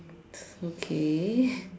okay